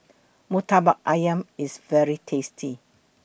Murtabak Ayam IS very tasty